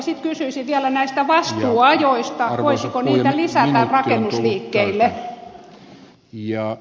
sitten kysyisin vielä näistä vastuuajoista voisiko niitä lisätä rakennusliikkeille